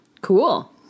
cool